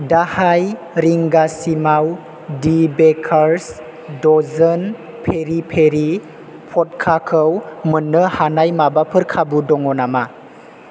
दाहाय रिंगासिमाव दि बेकार्स दजोन पेरि पेरि फटकाखौ मोन्नो हानाय माबाफोर खाबु दङ नामा